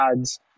ads